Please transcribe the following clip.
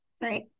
Right